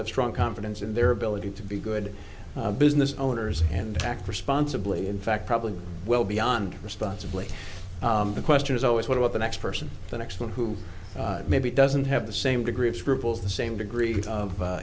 have strong confidence in their ability to be good business owners and act responsibly in fact probably well beyond responsibly the question is always what about the next person the next one who maybe doesn't have the same degree of scruples the same degree of